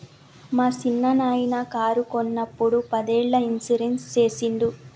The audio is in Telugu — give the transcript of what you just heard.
మా సిన్ననాయిన కారు కొన్నప్పుడు పదేళ్ళ ఇన్సూరెన్స్ సేసిండు